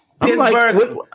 Pittsburgh